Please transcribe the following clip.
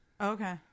Okay